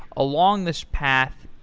along this path,